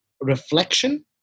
reflection